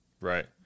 Right